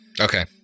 Okay